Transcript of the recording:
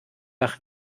nach